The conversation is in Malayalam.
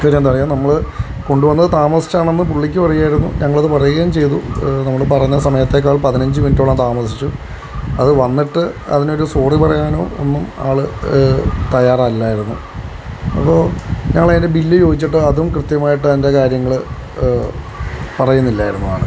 പിന്നെ എന്താണെന്ന് അറിയുമോ നമ്മള് കൊണ്ട് വന്നത് താമസിച്ചാണെന്ന് പുള്ളിക്കും അറിയാമായിരുന്നു ഞങ്ങളത് പറയുകയും ചെയ്തു നമ്മള് പറയുന്ന സമയത്തെക്കാളും പതിനഞ്ച് മിനുട്ടോളം താമസിച്ചു അത് വന്നിട്ട് അതിനൊരു സോറി പറയാനോ ഒന്നും ആള് തയ്യാറല്ലായിരുന്നു അപ്പോൾ ഞങ്ങളതിന് ബില്ല് ചോദിച്ചിട്ട് അതും കൃത്യമായിട്ട് അതിൻ്റെ കാര്യങ്ങള് പറയുന്നില്ലായിരുന്നു ആള്